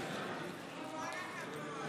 כל הכבוד.